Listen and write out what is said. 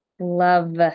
Love